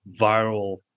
viral